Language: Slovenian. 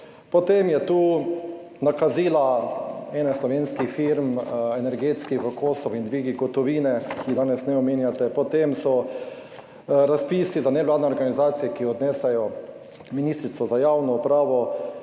Potem tu nakazila ene slovenskih firm, energetskih na Kosovu in dvigi gotovine, ki jih danes ne omenjate. Potem so razpisi za nevladne organizacije, ki odnesejo ministrico za javno upravo,